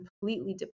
completely